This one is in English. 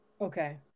Okay